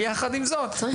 אבל יחד עם זאת צריך